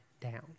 down